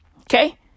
okay